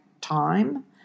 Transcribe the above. time